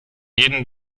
jeden